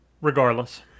regardless